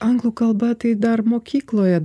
anglų kalba tai dar mokykloje